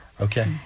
Okay